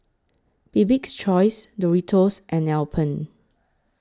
Bibik's Choice Doritos and Alpen